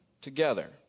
together